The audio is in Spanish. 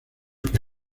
que